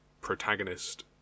protagonist